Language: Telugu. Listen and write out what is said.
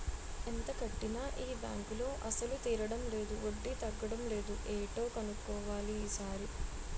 ఎంత కట్టినా ఈ బాంకులో అసలు తీరడం లేదు వడ్డీ తగ్గడం లేదు ఏటో కన్నుక్కోవాలి ఈ సారి